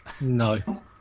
No